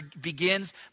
begins